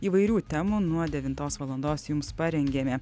įvairių temų nuo devintos valandos jums parengėme